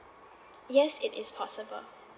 yes it is possible